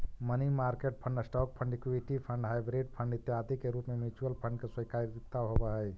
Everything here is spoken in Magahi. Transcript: money market fund, stock fund, equity fund, hybrid fund इत्यादि के रूप में म्यूचुअल फंड के स्वीकार्यता होवऽ हई